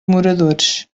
moradores